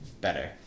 better